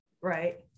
right